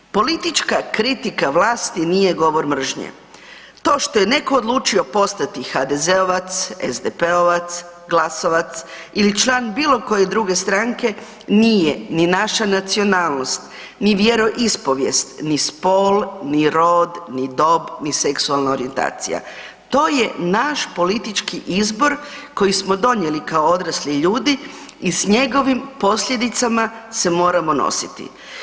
Politička kritika vlasti nije govor mržnje, to što je netko odlučio postati HDZ-ovac, SDP-ovac, GLAS-ovac ili član bilokoje druge stranke, nije ni naša nacionalnost ni vjeroispovijest ni spol ni rod ni dob ni seksualna orijentacija, to je naš politički izbor koji smo donijeli kao odrasli ljudi i s njegovim posljedicama se moramo nositi.